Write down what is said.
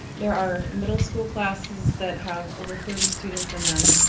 there are middle school classes that have over thirty students in them.